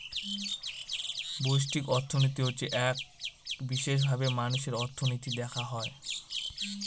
ব্যষ্টিক অর্থনীতি হচ্ছে এক বিশেষভাবে মানুষের অর্থনীতি দেখা হয়